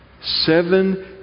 Seven